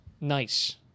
nice